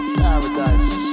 paradise